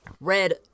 red